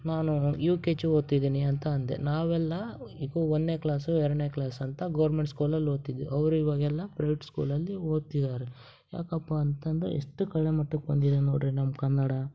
ನಾನು U K G ಓದ್ತಿದ್ದೀನಿ ಅಂತ ಅಂದೆ ನಾವೆಲ್ಲ ಇಗೋ ಒಂದನೇ ಕ್ಲಾಸು ಎರಡನೇ ಕ್ಲಾಸ್ ಅಂತ ಗೋರ್ಮೆಂಟ್ ಸ್ಕೂಲಲ್ಲಿ ಓದ್ತಿದ್ವಿ ಅವ್ರು ಇವಾಗೆಲ್ಲ ಪ್ರೈವೇಟ್ ಸ್ಕೂಲಲ್ಲಿ ಓದ್ತಿದ್ದಾರೆ ಯಾಕಪ್ಪ ಅಂತಂದರೆ ಎಷ್ಟು ಕೆಳಮಟ್ಟಕ್ಕೆ ಬಂದಿದೆ ನೋಡಿರಿ ನಮ್ಮ ಕನ್ನಡ